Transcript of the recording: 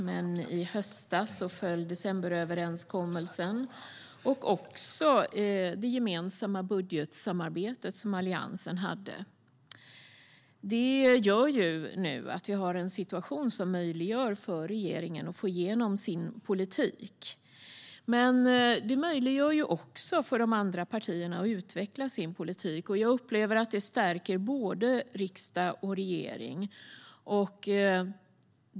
Men i höstas föll decemberöverenskommelsen och även Alliansens gemensamma budgetsamarbete. Nu kan regeringen få igenom sin politik, men nu kan också de andra partierna utveckla sin politik. Det stärker både riksdagen och regeringen.